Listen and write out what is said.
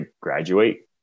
graduate